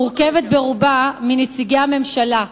מורכבת ברובה מנציגי הממשלה,